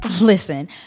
Listen